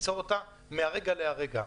ליצור אותו מהרגע להרגע.